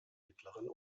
mittleren